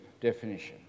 definition